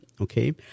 Okay